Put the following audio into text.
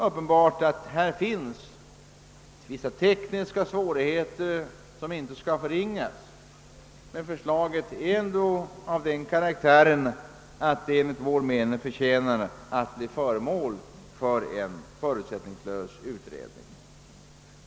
Uppenbarligen finns vissa tekniska svårigheter som inte skall förringas, men förslaget har ändå sådan karaktär, att det enligt vår uppfattning bör bli föremål för en förutsättningslös utredning.